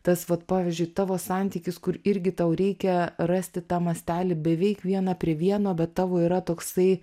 tas vat pavyzdžiui tavo santykis kur irgi tau reikia rasti tą mastelį beveik vieną prie vieno bet tavo yra toksai